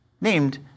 named